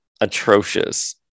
atrocious